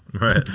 right